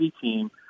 team